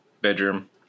bedroom